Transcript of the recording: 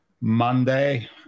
Monday